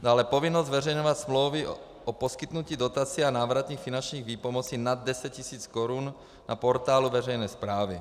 Dále povinnost zveřejňovat smlouvy o poskytnutí dotací a návratných finančních výpomocí nad 10 000 korun na portálu veřejné správy.